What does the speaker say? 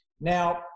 Now